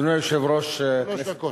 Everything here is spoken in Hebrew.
אדוני היושב-ראש, כנסת